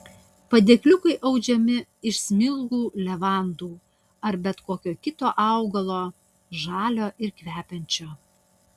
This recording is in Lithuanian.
padėkliukai audžiami iš smilgų levandų ar bet kokio kito augalo žalio ir kvepiančio